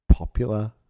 popular